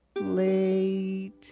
late